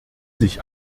sich